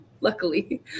Luckily